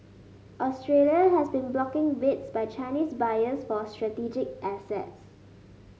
Australia has been blocking bids by Chinese buyers for strategic assets